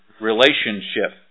relationship